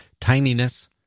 tininess